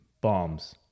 bombs